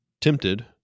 tempted